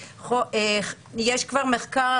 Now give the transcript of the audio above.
יש כבר מחקר,